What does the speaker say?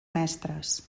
mestres